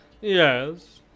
yes